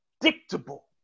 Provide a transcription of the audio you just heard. predictable